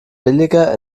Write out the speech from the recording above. billiger